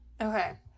Okay